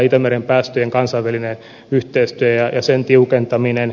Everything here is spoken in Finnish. itämeren päästöjen kansainvälinen yhteistyö ja sen tiukentaminen